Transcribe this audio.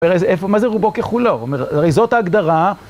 איפה, מה זה רובו כחולו? זאת ההגדרה.